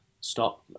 stop